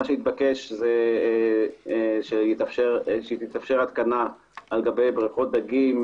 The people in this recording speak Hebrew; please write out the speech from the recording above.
מה שהתבקש זה שתתאפשר התקנה על גבי בריכות דגים,